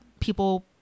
people